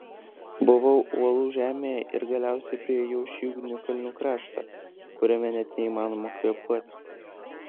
buvau uolų žemėje ir galiausiai priėjau šį ugnikalnių kraštą kuriame net neįmanoma kvėpuoti